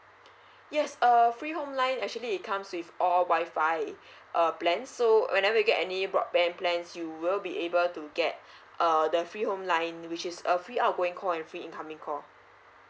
yes err free home line actually it comes with all WI-FI err plan so whenever you get any broadband plans you will be able to get err the free home line which is a free outgoing call and free incoming call